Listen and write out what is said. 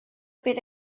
bydd